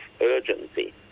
urgency